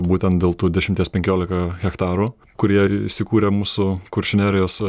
būtent dėl tų dešimties penkiolika hektarų kurie įsikūrę mūsų kuršių nerijos